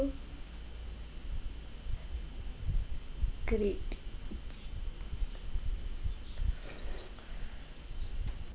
great